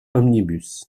omnibus